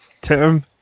Tim